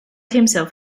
himself